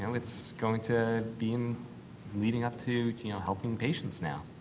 so it's going to be leading up to to you know helping patients now.